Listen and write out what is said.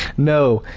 no,